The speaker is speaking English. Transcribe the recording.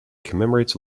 commemorates